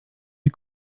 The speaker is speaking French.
est